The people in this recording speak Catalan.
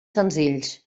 senzills